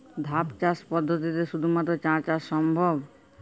ধাপ চাষ পদ্ধতিতে শুধুমাত্র চা চাষ সম্ভব?